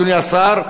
אדוני השר,